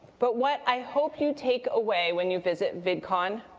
but what i hope you take away when you visit vidcon